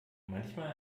manchmal